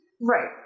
Right